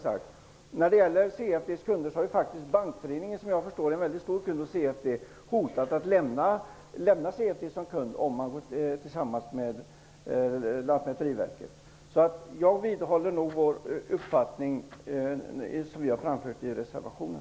Bankföreningen, som såvitt jag förstår är en stor kund hos CFD, har hotat att lämna CTD som kund om de går samman med Lantmäteriverket. Jag vidhåller den uppfattning som vi har framfört i reservationen.